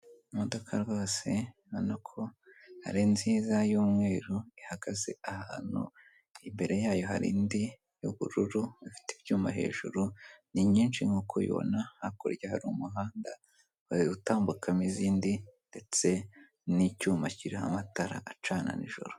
Imodoka rwose ubona ko ari nziza y'umweru, ihagaze ahantu, imbere yayo hari indi y'ubururu ifite ibyuma hejuru, ni nyinshi nk'uko ubibona hakurya hari umuhanda hari gutambukamo izindi ndetse n'icyuma kiriho amatara acana nijoro.